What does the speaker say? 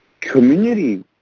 Community